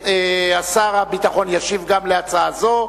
שר הביטחון ישיב גם על הצעה זו.